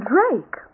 Drake